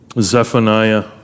Zephaniah